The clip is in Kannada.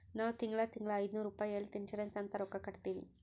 ನಾವ್ ತಿಂಗಳಾ ತಿಂಗಳಾ ಐಯ್ದನೂರ್ ರುಪಾಯಿ ಹೆಲ್ತ್ ಇನ್ಸೂರೆನ್ಸ್ ಅಂತ್ ರೊಕ್ಕಾ ಕಟ್ಟತ್ತಿವಿ